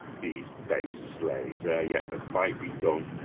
these base slaves, ere yet the fight be done,